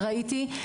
ראיתי.